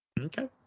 Okay